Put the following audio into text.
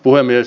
puhemies